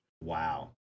Wow